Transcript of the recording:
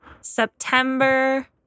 September